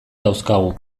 dauzkagu